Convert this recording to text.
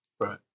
Right